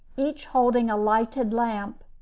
each holding a lighted lamp.